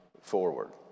forward